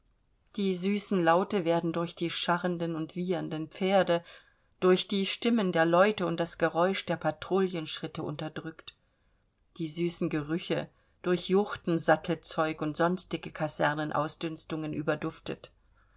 die süßen laute werden durch die scharrenden und wiehernden pferde durch die stimmen der leute und das geräusch der patrouillenschritte unterdrückt die süßen gerüche durch juchten sattelzeug und sonstige